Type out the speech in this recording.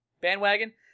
bandwagon